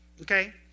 Okay